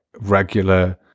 regular